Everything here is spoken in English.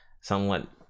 somewhat